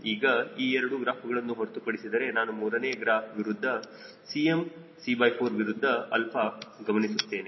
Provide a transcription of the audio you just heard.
ಈಗ ಈ 2 ಗ್ರಾಫ್ ಗಳನ್ನು ಹೊರತುಪಡಿಸಿದರೆ ನಾನು ಮೂರನೇ ಗ್ರಾಫ್ 𝐶mc4 ವಿರುದ್ಧ 𝛼 ಗಮನಿಸುತ್ತೇನೆ